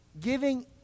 Giving